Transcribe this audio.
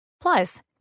Plus